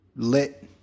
Lit